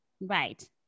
right